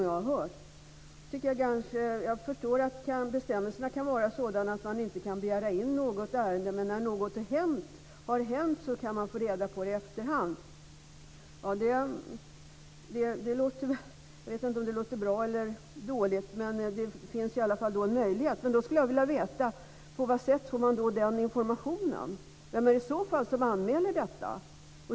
Jag förstår att bestämmelserna kan vara sådana att man inte kan begära in något ärende, men när något har hänt kan man få reda på det i efterhand. Jag vet inte om det låter bra eller dåligt, men det finns i alla fall en möjlighet. Då skulle jag vilja veta: På vilket sätt får man den informationen? Vem i så fall anmäler detta?